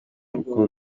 uko